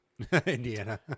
indiana